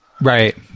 Right